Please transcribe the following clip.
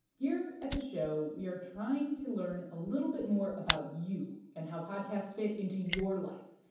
here at the show, we are trying to learn a little bit more about you and how podcasts fit into your life.